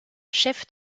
chef